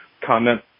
comment